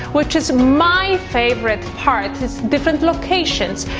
which is my favorite part, is different locations.